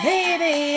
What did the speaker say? Baby